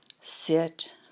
sit